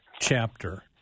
chapter